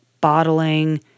bottling